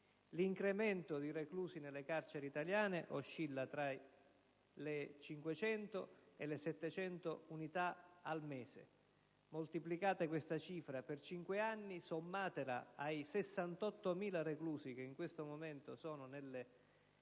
L'incremento di reclusi nelle carceri italiane oscilla tra le 500 e le 700 unità al mese: moltiplicate questa cifra per cinque anni, sommatela ai 68.000 reclusi che in questo momento si trovano nelle carceri